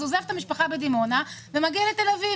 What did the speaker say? אז הוא עוזב את המשפחה בדימונה ועובר לתל אביב.